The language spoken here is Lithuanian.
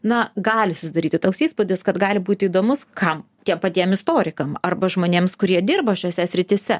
na gali susidaryti toks įspūdis kad gali būti įdomus kam tiem patiem istorikam arba žmonėms kurie dirba šiose srityse